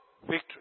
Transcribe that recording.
Victory